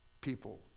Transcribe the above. people